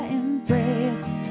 embrace